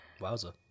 Wowza